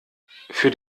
für